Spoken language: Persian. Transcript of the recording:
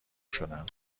شدم